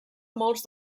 molts